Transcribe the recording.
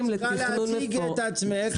הרעיון זה להוציא את 8 ואת 9.1,